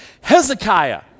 Hezekiah